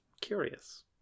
curious